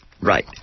Right